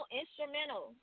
instrumental